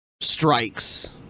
strikes